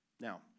Now